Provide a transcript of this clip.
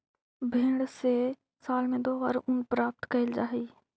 भेंड से साल में दो बार ऊन प्राप्त कैल जा हइ